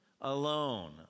Alone